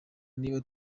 niba